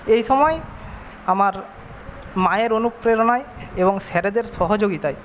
এই সময় আমার মায়ের অনুপ্রেরণায় এবং স্যারদের সহযোগিতায়